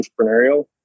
entrepreneurial